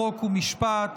חוק ומשפט,